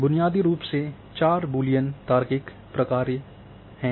बुनियादी रूप से चार बूलियन तार्किक प्रकार्य के हैं